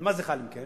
על מה זה חל, אם כן?